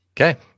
Okay